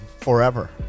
forever